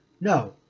No